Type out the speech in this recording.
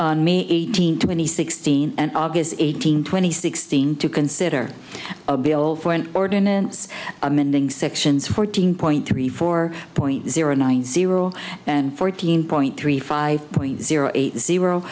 met me eighteen twenty sixteen and august eighteen twenty sixteen to consider a bill for an ordinance amending sections fourteen point three four point zero nine zero and fourteen point three five point zero eight zero